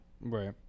Right